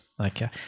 Okay